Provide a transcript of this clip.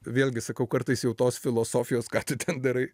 vėlgi sakau kartais jau tos filosofijos ką tu ten darai